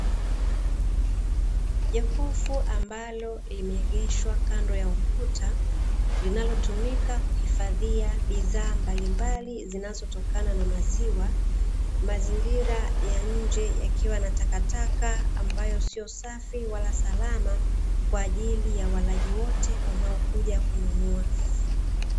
Jokofu ambalo limeegeshwa kando ya ukuta linalotumika kuhifadhia bidhaa mbalimbali zinazotokana na maziwa. Mazingira ya nje yakiwa na takataka ambayo sio safi wala salama kwa ajili ya walaji wote wanaokuja kununua.